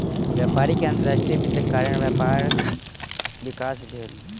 व्यापारी के अंतर्राष्ट्रीय वित्तक कारण व्यापारक विकास भेल